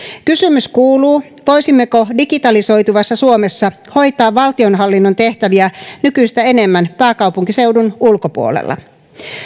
kysymys kuuluu voisimmeko digitalisoituvassa suomessa hoitaa valtionhallinnon tehtäviä nykyistä enemmän pääkaupunkiseudun ulkopuolella